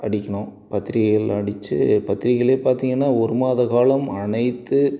அடிக்கணும் பத்திரிகைகள் அடிச்சு பத்திரிக்கைகளே பார்த்தீங்கன்னா ஒரு மாதம் காலம் அனைத்து